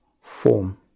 form